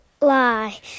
lie